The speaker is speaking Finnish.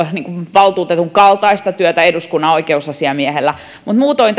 valtuutetun kaltaista työtä eduskunnan oikeusasiamiehellä mutta muutoin